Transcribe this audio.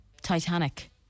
Titanic